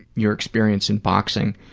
your experience in boxing.